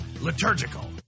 liturgical